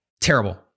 Terrible